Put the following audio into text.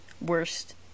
worst